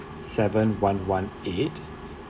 seven one one eight